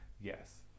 Yes